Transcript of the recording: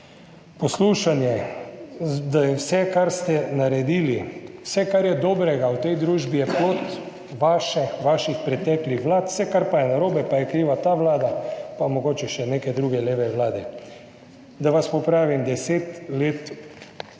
Poslušanje, da je vse, kar ste naredili, vse, kar je dobrega v tej družbi, plod vaših preteklih vlad, vse, kar pa je narobe, pa je kriva ta vlada in mogoče še neke druge leve vlade. Da vas popravim, 10 let